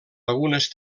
algunes